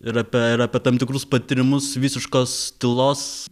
ir apie ir apie tam tikrus patyrimus visiškos tylos